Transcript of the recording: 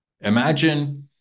imagine